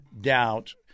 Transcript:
doubt